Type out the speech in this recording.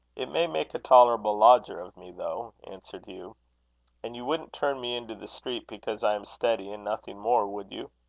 it may make a tolerable lodger of me, though, answered hugh and you wouldn't turn me into the street because i am steady and nothing more, would you?